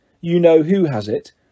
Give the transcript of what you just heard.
you-know-who-has-it